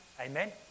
Amen